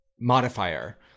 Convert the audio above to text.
modifier